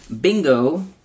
Bingo